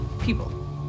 People